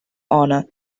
honor